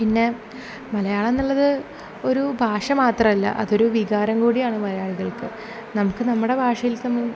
പിന്നെ മലയാളമെന്നുള്ളത് ഒരു ഭാഷ മാത്രമല്ല അതൊരു വികാരം കൂടിയാണ് മലയാളികൾക്ക് നമുക്ക് നമ്മുടെ ഭാഷയിൽ സം